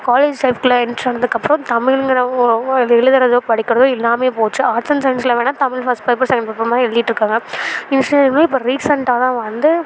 college லைஃப்க்குள்ள entry ஆனதுக்கப்புறம் தமிழ்ங்கிற ஓ ஓ அது எழுதுறதோ படிக்கிறதோ இல்லாமையே போய்ச்சு ஆர்ட்ஸ் அண்ட் சயின்ஸில் வேணுணா Tamil first paper second paper மாதிரி எழுதிட்ருக்காங்க இன்ஜினியரிங்லியும் இப்போ ரீசண்ட்டாக தான் வந்து